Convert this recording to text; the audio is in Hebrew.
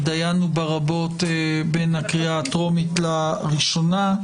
התדיינו בה רבות בין הקריאה הטרומית לראשונה.